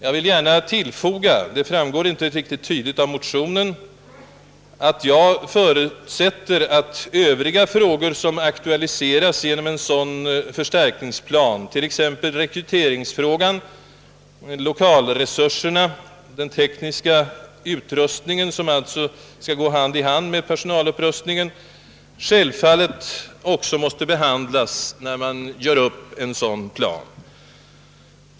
Jag vill gärna tillfoga — det framgår inte riktigt tydligt av motionen — att jag förutsätter att övriga frågor som aktualiseras genom en sådan förstärkningsplan, t.ex. rekryteringsfrågan, lokalresurserna och den tekniska utrustningen, som alltså skall gå hand i hand med personalupprustningen, självfallet också måste behandlas, när man gör upp en sådan plan.